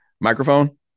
microphone